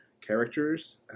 characters